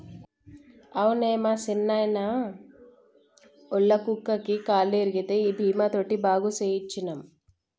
అవునే మా సిన్నాయిన, ఒళ్ళ కుక్కకి కాలు ఇరిగితే ఈ బీమా తోటి బాగు సేయించ్చినం